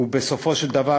ובסופו של דבר,